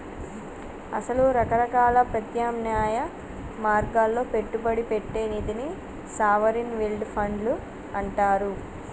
అసలు రకరకాల ప్రత్యామ్నాయ మార్గాల్లో పెట్టుబడి పెట్టే నిధిని సావరిన్ వెల్డ్ ఫండ్లు అంటారు